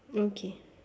okay